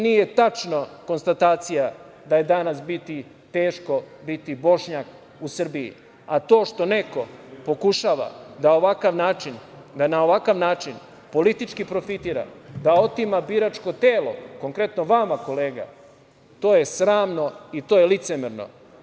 Nije tačna konstatacija da je danas teško biti Bošnjak u Srbiji, a to što neko pokušava da na ovakav način politički profitira, da otima biračko telo, konkretno vama, kolega, to je sramno i to je licemerno.